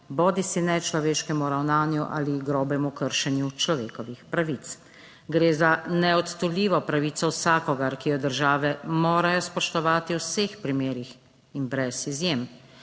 bodisi nečloveškemu ravnanju ali grobemu kršenju človekovih pravic. Gre za neodtujljivo pravico vsakogar, ki jo države morajo spoštovati v vseh primerih in brez izjem.